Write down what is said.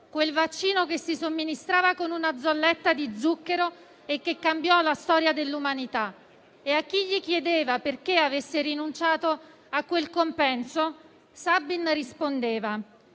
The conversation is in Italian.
quel vaccino che si somministrava con una zolletta di zucchero e che cambiò la storia dell'umanità. A chi gli chiedeva perché avesse rinunciato a quel compenso, Sabin rispondeva: